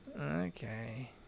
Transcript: okay